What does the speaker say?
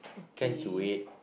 can't you wait